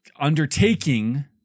undertaking